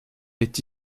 est